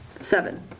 seven